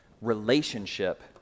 relationship